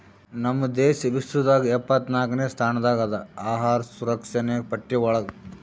ನಮ್ ದೇಶ ವಿಶ್ವದಾಗ್ ಎಪ್ಪತ್ನಾಕ್ನೆ ಸ್ಥಾನದಾಗ್ ಅದಾ ಅಹಾರ್ ಸುರಕ್ಷಣೆ ಪಟ್ಟಿ ಒಳಗ್